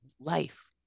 life